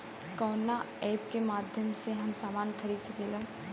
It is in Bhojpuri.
कवना ऐपके माध्यम से हम समान खरीद सकीला?